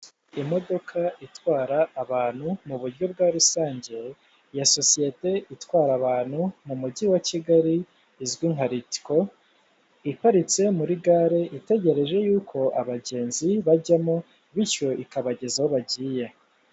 Imodoka itwara abantu mu buryo bwa rusange ya sosiyete itwara abantu mu mujyi wa kigali izwi nka litico iparitse muri gare itegereje yuko abagenzi bajyamo bityo ikabageza aho bagiye.